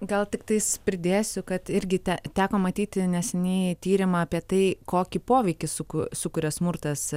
gal tiktais pridėsiu kad irgi te teko matyti neseniai tyrimą apie tai kokį poveikį suku sukuria smurtas